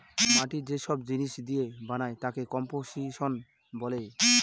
মাটি যে সব জিনিস দিয়ে বানায় তাকে কম্পোসিশন বলে